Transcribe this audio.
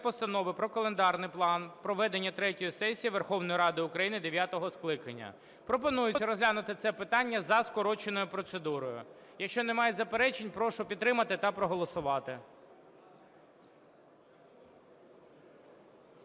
Постанови про календарний план проведення третьої сесії Верховної Ради України дев'ятого скликання. Пропонується розглянути це питання за скороченою процедурою. Якщо немає заперечень, прошу підтримати та проголосувати.